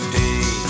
day